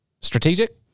strategic